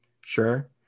sure